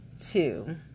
two